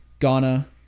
Ghana